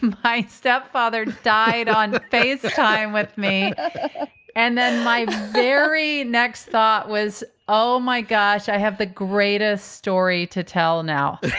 um stepfather died on face time with me and then my very next thought was, oh my gosh, i have the greatest story to tell now.